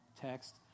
text